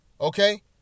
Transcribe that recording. okay